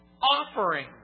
offering